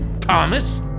Thomas